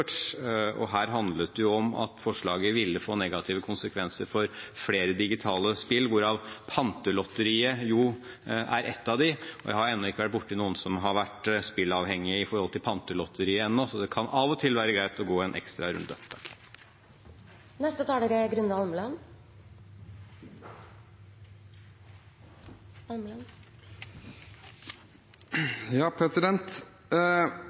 og her handlet det jo om at forslaget ville få negative konsekvenser for flere digitale spill, hvorav Pantelotteriet er ett. Jeg har ennå ikke vært borti noen som har blitt spilleavhengige av Pantelotteriet. Det kan av og til være greit å gå en ekstra runde. Det er